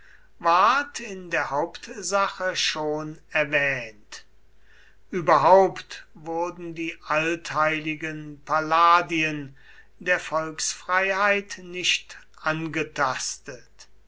in der hauptsache schon erwähnt überhaupt wurden die altheiligen palladien der volksfreiheit nicht angetastet